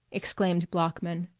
exclaimed bloeckman.